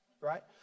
right